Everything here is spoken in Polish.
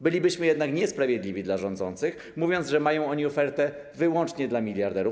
Bylibyśmy jednak niesprawiedliwi dla rządzących, mówiąc, że mają oni ofertę wyłącznie dla miliarderów.